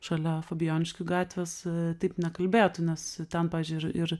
šalia fabijoniškių gatvės taip nekalbėtų nes ten pavydžiui ir ir